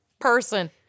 person